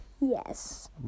Yes